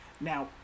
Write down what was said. Now